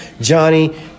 Johnny